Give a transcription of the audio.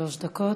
שלוש דקות.